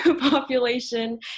population